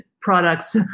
products